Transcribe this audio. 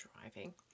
driving